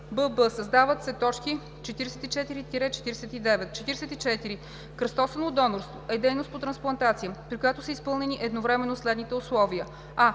бб) създават се т. 44 – 49: „44. „Кръстосано донорство“ е дейност по трансплантация, при която са изпълнени едновременно следните условия: